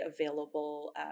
available